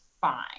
fine